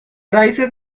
رئیست